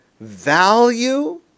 value